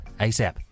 ASAP